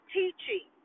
teaching